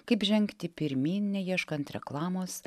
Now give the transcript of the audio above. kaip žengti pirmyn neieškant reklamos